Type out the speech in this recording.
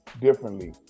differently